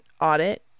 audit